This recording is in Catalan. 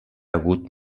hagut